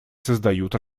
создают